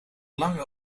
langer